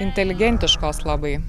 inteligentiškos labai